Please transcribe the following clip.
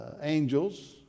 angels